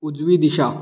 उजवी दिशा